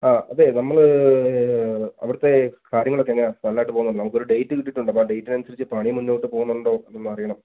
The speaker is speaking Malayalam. ആ അതെ നമ്മൾ അവിടുത്തെ കാര്യങ്ങളൊക്കെ എങ്ങനെയാ നന്നായിട്ട് പോകുന്നുണ്ടോ നമുക്കൊരു ഡേയ്റ്റ് കിട്ടിയിട്ടുണ്ട് അപ്പോൾ ആ ഡേയ്റ്റിന് അനുസരിച്ച് പണി മുന്നോട്ട് പോകുന്നുണ്ടോ എന്ന് അറിയണം